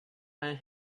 and